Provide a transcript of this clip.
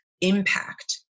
impact